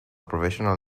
professional